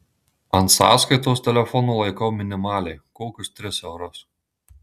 ant sąskaitos telefono laikau minimaliai kokius tris eurus